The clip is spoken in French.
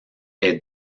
est